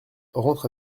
rentre